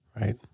right